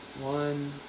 one